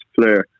player